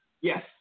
Yes